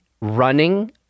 running